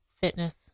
fitness